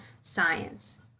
science